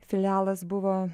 filialas buvo